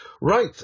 Right